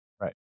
Right